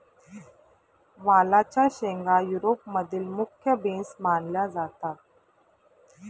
वालाच्या शेंगा युरोप मधील मुख्य बीन्स मानल्या जातात